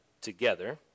together